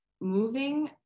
moving